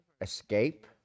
escape